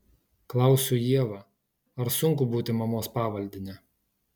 klausiu ievą ar sunku būti mamos pavaldine